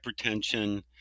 hypertension